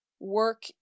work